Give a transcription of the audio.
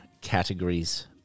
categories